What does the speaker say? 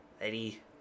Eddie